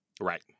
Right